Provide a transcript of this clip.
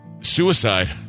Suicide